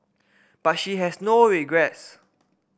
but she has no regrets